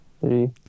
Three